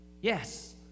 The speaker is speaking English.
Yes